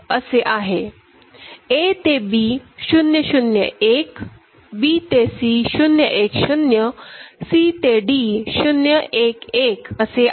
a तेb 001b ते c010cते d 011असे आहे